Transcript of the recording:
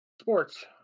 Sports